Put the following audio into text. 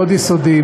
מאוד יסודי,